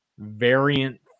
variant